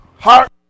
Heart